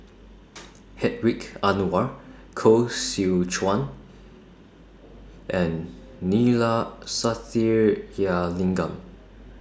Hedwig Anuar Koh Seow Chuan and Neila Sathyalingam